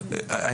ברור.